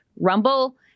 rumble